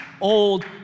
old